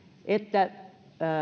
että